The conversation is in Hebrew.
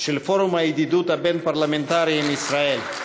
של פורום הידידות הבין-פרלמנטרי עם ישראל.